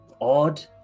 odd